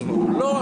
ואז הוא אומר: לא,